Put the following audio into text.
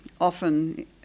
often